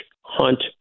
hunt